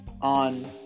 on